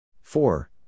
four